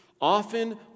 Often